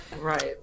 Right